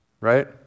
right